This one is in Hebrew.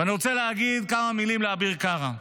ואני רוצה להגיד כמה מילים לאביר קרא.